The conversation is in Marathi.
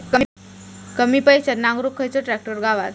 कमी पैशात नांगरुक खयचो ट्रॅक्टर गावात?